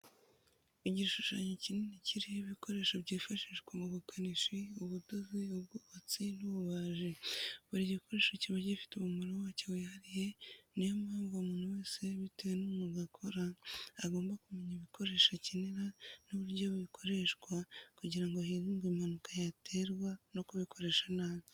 Igishushanyo kikini kiriho ibikoresho byifashishwa mu bukanishi, ubudozi, ubwubatsi n'ububaji, buri gikoresho kiba gifite umumaro wacyo wihariye ni yo mpamvu umuntu wese bitewe n'umwuga akora agomba kumenya ibikoresho akenera n'uburyo bikoreshwa kugira ngo hirindwe impanuka yaterwa no kubikoresha nabi.